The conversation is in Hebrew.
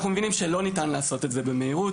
אנחנו מבינים שאי אפשר לעשות את זה במהירות,